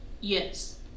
yes